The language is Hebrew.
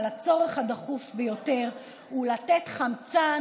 אבל הצורך הדחוף ביותר הוא לתת חמצן,